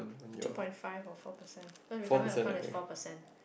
two point five or four percent cause retirement account there's four percent